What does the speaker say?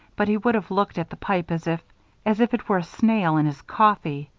but he would have looked at the pipe as if as if it were a snail in his coffee!